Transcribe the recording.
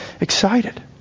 excited